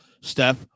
Steph